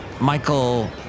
Michael